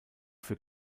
für